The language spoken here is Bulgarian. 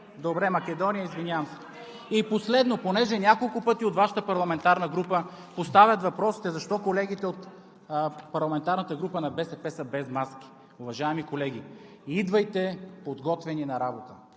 добре, извинявам се. И последно. Понеже няколко пъти от Вашата парламентарна група поставят въпросите защо колегите от парламентарната група на БСП са без маски. Уважаеми колеги, идвайте подготвени на работа.